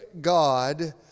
God